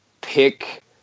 pick